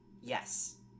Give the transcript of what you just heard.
Yes